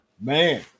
man